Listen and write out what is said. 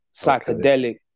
psychedelic